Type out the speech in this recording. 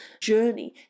journey